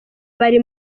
bari